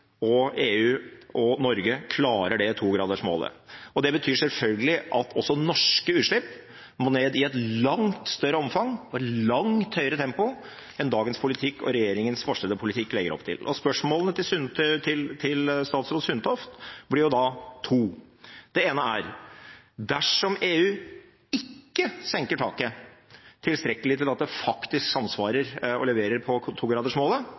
og EU, og Norge, klarer det 2-gradersmålet. Og det betyr selvfølgelig at også norske utslipp må ned i et langt større omfang og i et langt høyere tempo enn det dagens politikk og regjeringens varslede politikk legger opp til. Da blir det to spørsmål til statsråd Sundtoft, og det ene er: Dersom EU ikke senker taket tilstrekkelig til at det faktisk samsvarer og leverer på